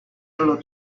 hello